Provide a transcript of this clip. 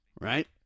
right